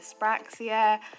dyspraxia